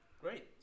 Great